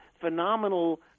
phenomenal